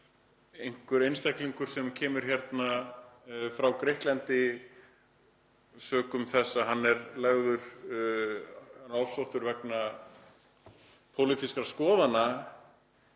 Einhver einstaklingur sem kemur hingað frá Grikklandi sökum þess að hann er ofsóttur vegna pólitískra skoðana